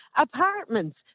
apartments